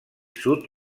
sud